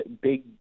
big